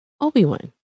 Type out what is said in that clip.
Obi-Wan